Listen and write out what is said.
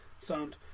sound